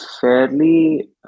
fairly